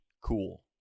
cool